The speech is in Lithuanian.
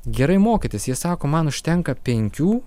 gerai mokytis jie sako man užtenka penkių